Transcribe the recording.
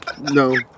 No